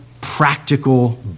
practical